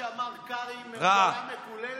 אל תחזור על מה שאמר קרעי, "ממשלה מקוללת"